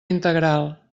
integral